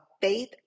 faith